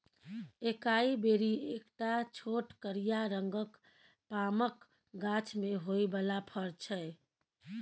एकाइ बेरी एकटा छोट करिया रंगक पामक गाछ मे होइ बला फर छै